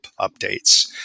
updates